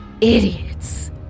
idiots